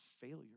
failure